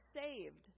saved